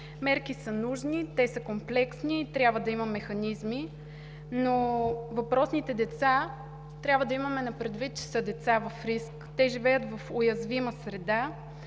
Мерки са нужни, те са комплексни и трябва да има механизми, но въпросните деца трябва да имаме предвид, че са деца в риск, те живеят в уязвима среда,